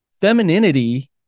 Femininity